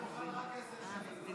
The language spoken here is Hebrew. הוא מוכן רק עשר שנים.